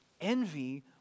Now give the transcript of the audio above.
Envy